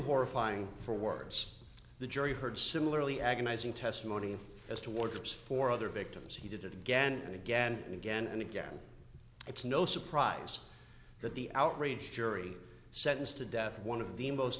horrifying for words the jury heard similarly agonizing testimony as towards four other victims he did it again and again and again and again it's no surprise that the outraged jury sentenced to death one of the most